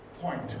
point